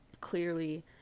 clearly